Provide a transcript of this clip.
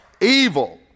Evil